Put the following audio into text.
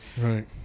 Right